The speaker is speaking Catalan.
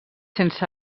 sense